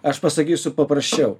aš pasakysiu paprasčiau